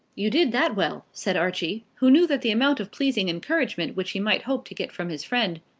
you did that well, said archie, who knew that the amount of pleasing encouragement which he might hope to get from his friend,